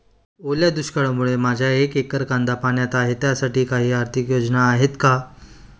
ओल्या दुष्काळामुळे माझे एक एकर कांदा पाण्यात आहे त्यासाठी काही आर्थिक योजना आहेत का?